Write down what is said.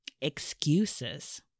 excuses